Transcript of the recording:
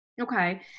Okay